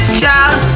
child